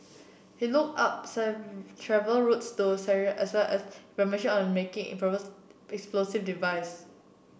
he looked up travel routes to Syria as well as information on making improvised explosive device